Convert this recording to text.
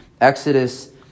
Exodus